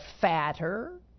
fatter